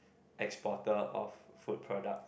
exporter of food products